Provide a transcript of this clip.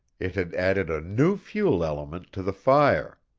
it had added a new fuel element to the fire.